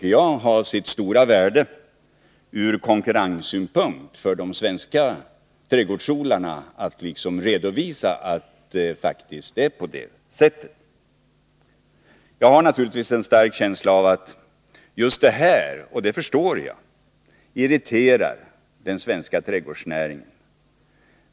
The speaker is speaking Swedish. Det borde ha sitt stora värde från konkurrenssynpunkt för de svenska trädgårdsodlarna att kunna redovisa att det faktiskt är på det sättet. Jag har naturligtvis en stark känsla av att dessa frågor irriterar den svenska trädgårdsnäringen — och det förstår jag.